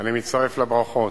אני מצטרף לברכות.